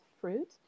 fruit